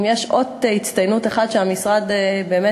אם יש אות הצטיינות אחד שהמשרד באמת,